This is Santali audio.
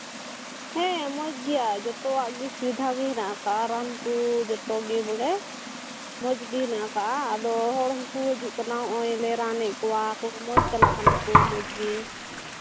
ᱦᱮᱸ ᱢᱚᱡᱽ ᱜᱮᱭᱟᱭ ᱡᱚᱛᱚᱣᱟᱜ ᱥᱤᱫᱷᱟ ᱜᱮ ᱦᱮᱱᱟᱜᱼᱟ ᱠᱟᱨᱚᱱ ᱠᱚ ᱡᱚᱛᱚ ᱜᱮ ᱵᱚᱞᱮ ᱢᱚᱡᱽ ᱜᱮ ᱢᱮᱱᱟᱜᱼᱟ ᱟᱫᱚ ᱩᱱᱠᱩ ᱦᱤᱡᱩᱜ ᱠᱟᱱᱟ ᱱᱚᱜᱼᱚᱭ ᱞᱮ ᱨᱟᱱ ᱮᱫ ᱢᱠᱚᱣᱟ ᱢᱚᱡᱽ ᱪᱟᱞᱟᱜ ᱠᱟᱱᱟ ᱠᱚ ᱢᱚᱡᱽ ᱜᱮ